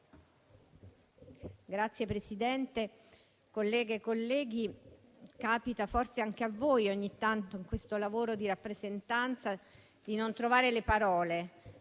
Signor Presidente, colleghe e colleghi, capita forse anche a voi ogni tanto, in questo lavoro di rappresentanza, di non trovare le parole